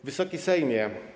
Wysoki Sejmie!